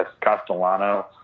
Castellano